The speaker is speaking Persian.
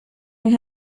این